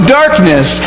darkness